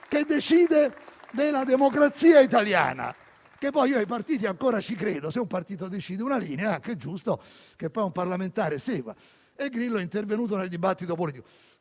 che decide della democrazia italiana. Peraltro, ai partiti ancora credo, quindi, se un partito decide una linea, è anche giusto che poi un parlamentare esegua. E Grillo è intervenuto nel dibattito politico.